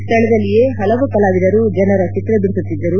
ಸ್ಥಳದಲ್ಲಿಯೇ ಪಲವು ಕಲಾವಿದರು ಜನರ ಚಿತ್ರ ಬಿಡಿಸುತ್ತಿದ್ದರು